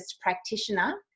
practitioner